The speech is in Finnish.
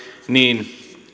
niin